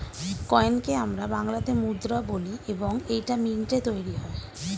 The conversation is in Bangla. কয়েনকে আমরা বাংলাতে মুদ্রা বলি এবং এইটা মিন্টে তৈরী হয়